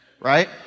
Right